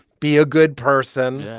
be a good person,